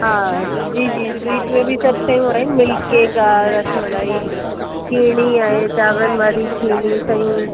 हा जी जी स्वीट में बि सभु शयूं आहिनि मिल्ककेक आहे रसमलाई खीरिणी आहे चांवरनि वारी खीरिणी सयूं